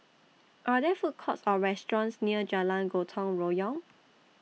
Are There Food Courts Or restaurants near Jalan Gotong Royong